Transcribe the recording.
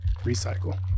recycle